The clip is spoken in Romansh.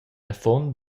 affon